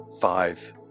five